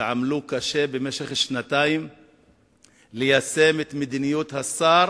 שעמלו קשה במשך שנתיים ליישם את מדיניות השר.